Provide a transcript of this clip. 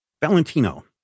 Valentino